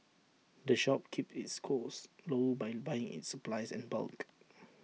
the shop keeps its costs low by buying its supplies in bulk